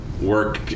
work